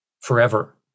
forever